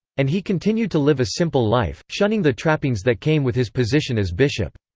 and he continued to live a simple life, shunning the trappings that came with his position as bishop.